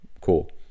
cool